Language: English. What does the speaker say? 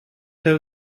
have